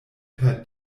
per